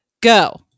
Go